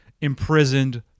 Imprisoned